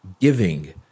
giving